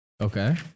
Okay